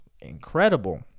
incredible